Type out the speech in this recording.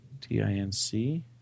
T-I-N-C